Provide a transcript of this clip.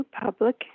public